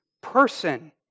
person